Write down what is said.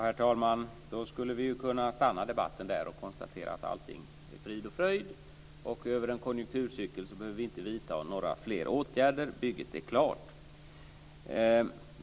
Herr talman! Vi skulle alltså kunna stanna debatten med detta och konstatera att allting är frid och fröjd. Vi skulle över en konjunkturcykel inte behöva vidta några fler åtgärder. Bygget är klart.